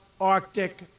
Arctic